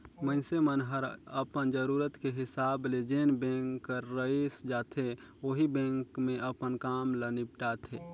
मइनसे मन हर अपन जरूरत के हिसाब ले जेन बेंक हर रइस जाथे ओही बेंक मे अपन काम ल निपटाथें